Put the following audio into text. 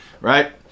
right